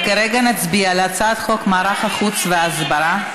כרגע נצביע על הצעת חוק מערך החוץ וההסברה,